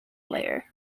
layer